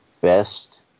best